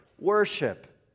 worship